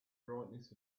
brightness